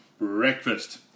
breakfast